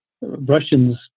Russians